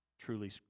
truly